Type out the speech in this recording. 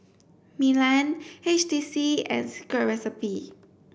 Milan H T C and Secret Recipe